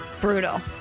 Brutal